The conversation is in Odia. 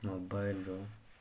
ମୋବାଇଲ୍ରୁ